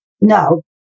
no